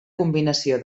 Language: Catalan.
combinació